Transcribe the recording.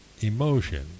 emotion